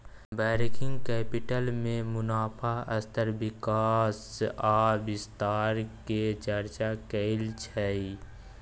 working capital में मुनाफ़ा स्तर विकास आ विस्तार के चर्चा होइ छइ